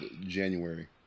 January